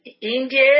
India